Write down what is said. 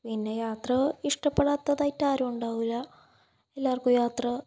പിന്നെ യാത്ര ഇഷ്ടപ്പെടാത്തതായിട്ട് ആരും ഉണ്ടാകില്ല എല്ലാവർക്കും യാത്ര